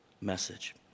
message